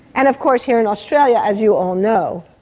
and of course here in australia, as you all know.